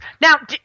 Now